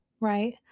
right